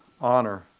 honor